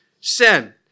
sin